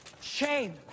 Shame